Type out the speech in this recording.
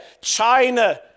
China